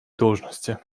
должности